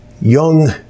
young